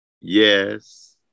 yes